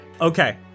Okay